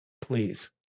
Please